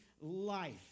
life